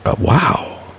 wow